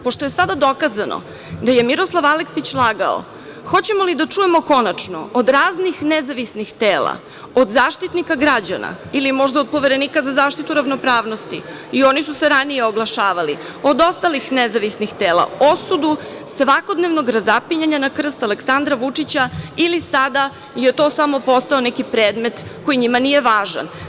Pošto je sada dokazano da je Miroslav Aleksić lagao, hoćemo li da čujemo konačno od raznih nezavisnih tela, od Zaštitnika građana ili možda od Poverenika za zaštitu ravnopravnosti, i oni su se ranije oglašavali, od ostalih nezavisnih tela, osudu svakodnevnom razapinjanja na krst Aleksandra Vučića, ili je sada to samo postao neki predmet koji njima nije važan?